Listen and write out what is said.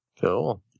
Cool